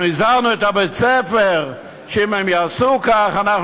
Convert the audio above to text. אנחנו הזהרנו את בית-הספר שאם הם יעשו כך אנחנו